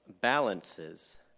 balances